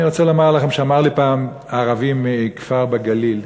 אני רוצה לומר לכם שאמר לי פעם ערבי מכפר בגליל,